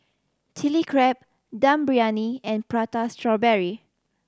Chili Crab Dum Briyani and Prata Strawberry